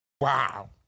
Wow